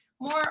more